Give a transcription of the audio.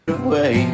away